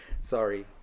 Sorry